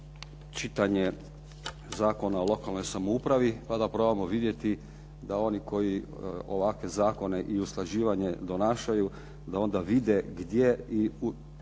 čitanje Zakona o lokalnoj samoupravi pa da probamo vidjeti da oni koji ovakve zakone i usklađivanje donašaju, da onda vide gdje i što